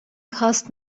cost